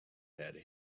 had